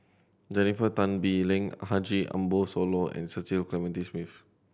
Jennifer Tan Bee Leng Haji Ambo Sooloh and Cecil Clementi Smith